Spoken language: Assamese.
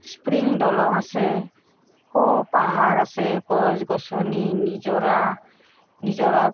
স্প্ৰিং দলং আছে সৌ পাহাৰ আছে গছ গছনি নিজৰা নিজৰাৰ